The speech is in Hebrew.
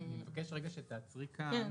אני מבקש רגע שתעצרי כאן,